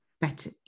better